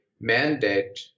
mandate